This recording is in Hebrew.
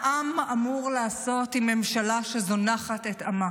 חבל להטעות את הציבור.